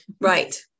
Right